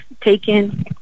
taken